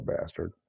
bastard